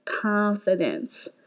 Confidence